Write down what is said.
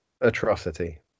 atrocity